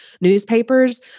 newspapers